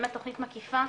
באמת תוכנית מקיפה,